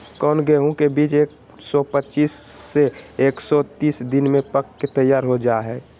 कौन गेंहू के बीज एक सौ पच्चीस से एक सौ तीस दिन में पक के तैयार हो जा हाय?